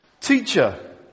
Teacher